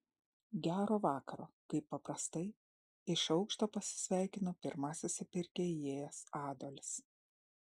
gero vakaro kaip paprastai iš aukšto pasisveikino pirmasis į pirkią įėjęs adolis